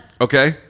Okay